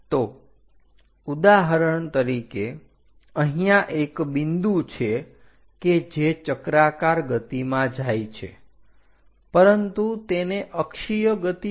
તો ઉદાહરણ તરીકે અહીંયા એક બિંદુ છે કે જે ચક્રાકાર ગતિમાં જાય છે પરંતુ તેને અક્ષીય ગતિ પણ છે